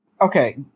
Okay